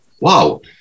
Wow